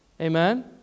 Amen